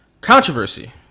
controversy